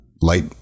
light